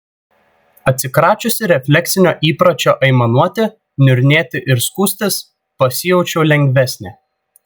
atsikračiusi refleksinio įpročio aimanuoti niurnėti ir skųstis pasijaučiau lengvesnė